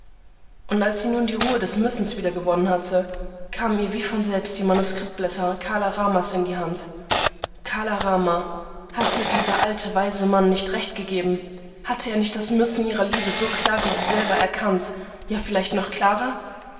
und als sie nun die ruhe des müssens wiedergewonnen hatte kamen ihr wie von selbst die manuskriptblätter kala ramas in die hand kala rama hatte ihr dieser alte weise mann nicht recht gegeben hatte er nicht das müssen ihrer liebe so klar wie sie selber erkannt ja vielleicht noch klarer